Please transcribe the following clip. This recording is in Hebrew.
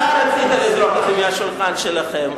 אתה רצית לזרוק את זה מהשולחן שלכם,